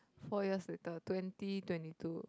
four years later twenty twenty two